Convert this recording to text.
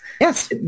Yes